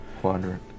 quadrant